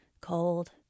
cold